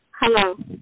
Hello